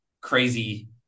crazy